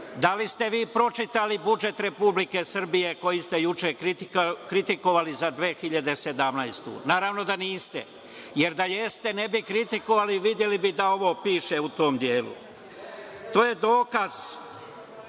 da li ste vi pročitali budžet Republike Srbije, koji ste juče kritikovali, za 2017. godinu? Naravno da niste, jer da jeste ne bi kritikovali, videli bi da ovo piše u tom delu. To je dokaz